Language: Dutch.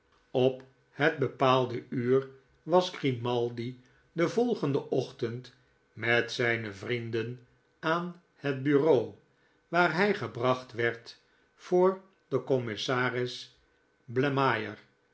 op het bepaalde uur was grimaldi den volgenden ochtend met zijne vrienden aan hetlm reau waarhij gebracht werd voor den commissaris